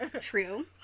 True